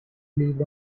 lived